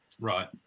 Right